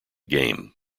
game